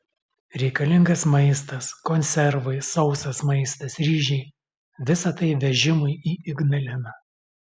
reikalingas maistas konservai sausas maistas ryžiai visa tai vežimui į ignaliną